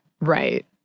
Right